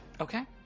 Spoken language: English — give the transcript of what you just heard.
Okay